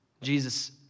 Jesus